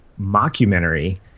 mockumentary